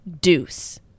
deuce